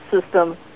system